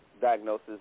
diagnosis